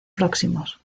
próximos